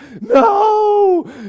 no